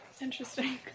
Interesting